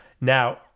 Now